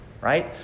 right